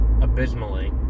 abysmally